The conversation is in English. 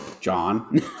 John